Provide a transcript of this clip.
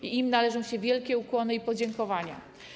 I im należą się wielkie ukłony i podziękowania.